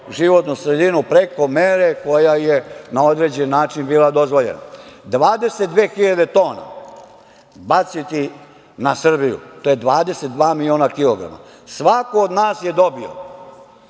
životnu sredinu preko mere koja je na određen način bila dozvoljena. Naime, baciti 22 hiljade tona na Srbiju, to je 22 miliona kilograma, svako od nas je dobio